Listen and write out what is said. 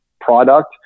product